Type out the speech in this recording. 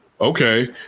Okay